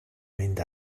mynd